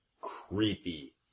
creepy